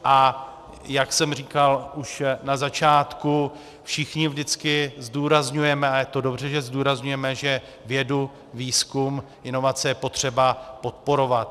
A jak jsem říkal už na začátku, všichni vždycky zdůrazňujeme, a je to dobře, že zdůrazňujeme, že vědu, výzkum, inovace je potřeba podporovat.